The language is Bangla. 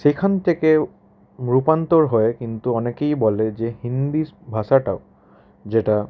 সেখান থেকেও রূপান্তর হয়ে কিন্তু অনেকেই বলে যে হিন্দি ভাষাটাও যেটা